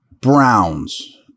Browns